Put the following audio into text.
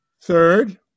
Third